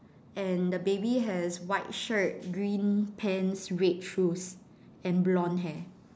and the baby has white shirt green pants red shoes and blonde hair